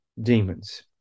demons